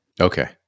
Okay